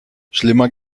schlimmer